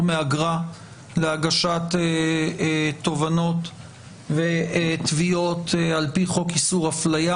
מאגרה להגשת תובענות ותביעות על פי חוק איסור הפליה.